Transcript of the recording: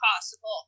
possible